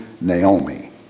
Naomi